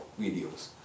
videos